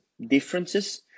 differences